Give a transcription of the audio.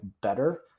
better